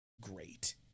great